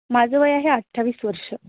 माझं वय आहे अठ्ठावीस वर्ष